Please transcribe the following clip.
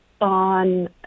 on